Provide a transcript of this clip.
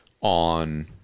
on